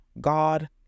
God